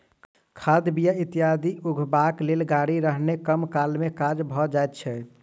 खाद, बीया इत्यादि उघबाक लेल गाड़ी रहने कम काल मे काज भ जाइत छै